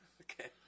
Okay